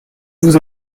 vous